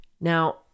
Now